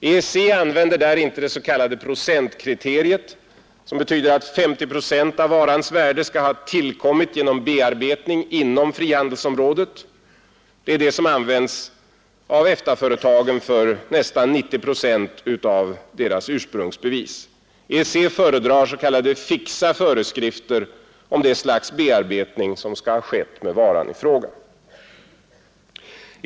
EEC använder där inte det s.k. procentkriteriet, som betyder att 50 procent av varans värde skall ha tillkommit genom bearbetning inom frihandelsområdet. Det är det som använts av EFTA-företagen för nästan 90 procent av deras ursprungsbevis. EEC föredrar s.k. fixa föreskrifter om det slags bearbetning som skall ha skett av varan i fråga.